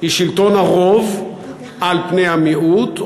היא שלטון הרוב על פני המיעוט,